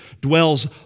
dwells